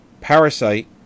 Parasite